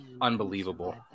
unbelievable